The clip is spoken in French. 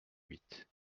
huit